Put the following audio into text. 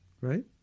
Right